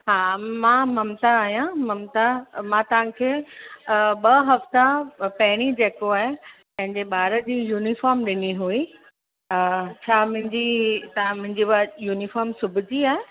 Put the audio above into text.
हा हा मां ममता आहियां ममता मां तव्हांखे ॿ हफ़्ता पहिरीं जेको आहे पंहिंजे ॿार जी यूनिफ़ॉम ॾिनी हुई छा मुंहिंजी तव्हां मुंहिंजी यूनिफ़ॉम सिबिजी आहे